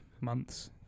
Months